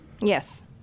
Yes